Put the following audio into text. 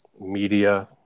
media